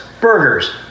burgers